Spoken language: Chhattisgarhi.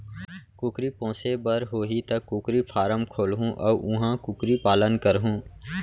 कुकरी पोसे बर होही त कुकरी फारम खोलहूं अउ उहॉं कुकरी पालन करहूँ